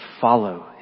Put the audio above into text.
follow